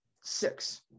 six